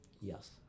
Yes